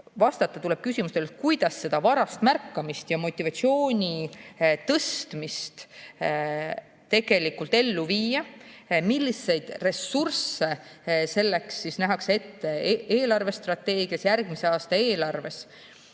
Vastata tuleb küsimustele, kuidas seda varast märkamist ja motivatsiooni tõstmist tegelikult ellu viia, milliseid ressursse selleks nähakse ette eelarvestrateegias, järgmise aasta eelarves.